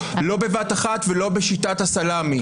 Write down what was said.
לא בבת אחת ולא בשיטת הסלמי.